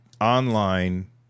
online